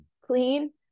clean